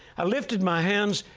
i lifted my hands,